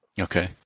Okay